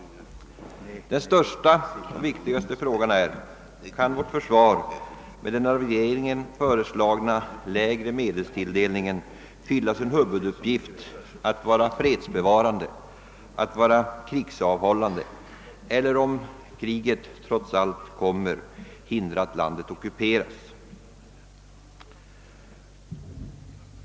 Den största och viktigaste frågan är: Kan vårt försvar med den av regeringen föreslagna lägre medelstilldelningen fylla sin huvuduppgift att vara fredsbevarande, att vara krigsavhållande eller, om kriget trots allt kommer, hindra landet från att ockuperas?